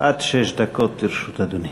עד שש דקות לרשות אדוני.